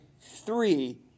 three